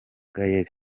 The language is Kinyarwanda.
gaël